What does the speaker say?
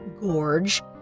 gorge